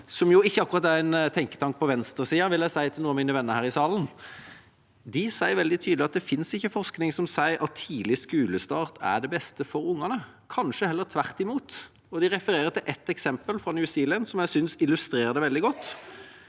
akkurat er en tenketank på venstresida – som jeg vil si til noen av mine venner her i salen – så sier de veldig tydelig at det ikke finnes forskning som sier at tidlig skolestart er det beste for ungene, kanskje heller tvert imot. De refererer til et eksempel fra New Zealand som jeg syns illustrerer det veldig godt.